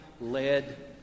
led